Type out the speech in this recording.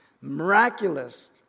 miraculous